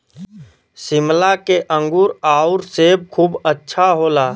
शिमला के अंगूर आउर सेब खूब अच्छा होला